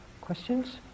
questions